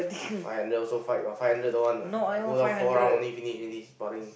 five hundred also fight what five hundred don't want ah go down four round only finish already sparring